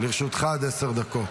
לרשותך עד עשר דקות.